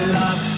love